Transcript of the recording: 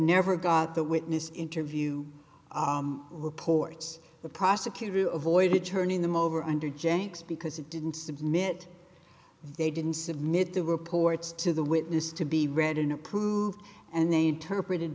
never got the witness interview reports the prosecutor you avoided turning them over under janks because it didn't submit they didn't submit the reports to the witness to be read in approved and they interpreted